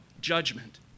judgment